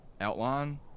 outline